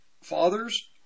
fathers